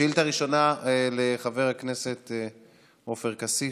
שאילתה ראשונה, לחבר הכנסת עופר כסיף: